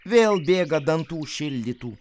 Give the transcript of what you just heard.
vėl bėga dantų šildytų